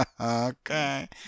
Okay